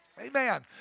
Amen